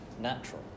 natural